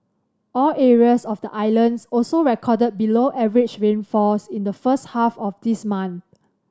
all areas of the islands also recorded below average rainfalls in the first half of this month